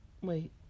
Wait